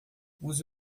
use